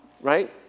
right